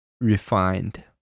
refined